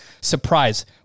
surprise